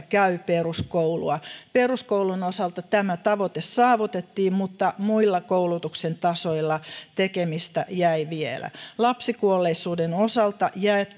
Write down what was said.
käy peruskoulua peruskoulun osalta tämä tavoite saavutettiin mutta muilla koulutuksen tasoilla tekemistä jäi vielä lapsikuolleisuuden vähentämisen osalta